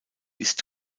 ist